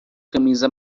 camisa